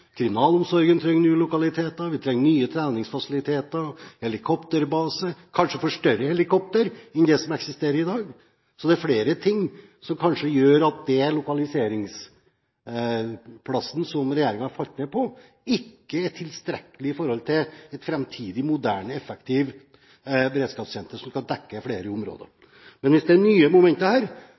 kriminalomsorgen trenger nye lokaliteter, vi trenger nye treningsfasiliteter, og en helikopterbase – kanskje for større helikopter enn det som eksisterer i dag. Så det er flere ting som gjør at den lokaliseringsplassen som regjeringen har falt ned på, kanskje ikke er tilstrekkelig i forhold til et fremtidig moderne, effektivt beredskapssenter som skal dekke flere områder. Men hvis det er nye momenter her,